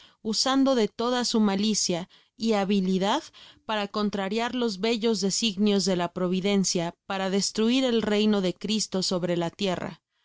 usando de toda su malicia y habilidad para contrariar los bellos designios de la providencia para destruir el reino de cristo sobre la tierra mas